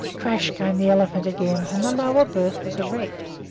crash! came the elephant again, and the lower berth was a wreck.